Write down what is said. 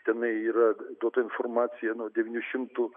tenai yra duota informacija nuo devynių šimtų